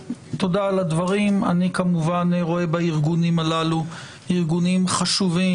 אני כמובן רואה בארגונים הללו ארגונים חשובים